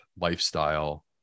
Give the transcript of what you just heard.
lifestyle